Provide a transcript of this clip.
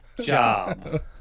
job